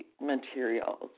materials